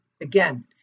Again